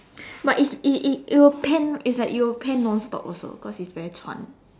but is it it it will pant it's like you will pant non stop also because it's very 喘